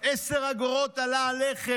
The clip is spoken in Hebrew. על 10 אגורות על הלחם,